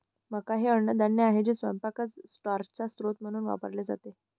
मका हे अन्नधान्य आहे जे स्वयंपाकात स्टार्चचा स्रोत म्हणून वापरले जाते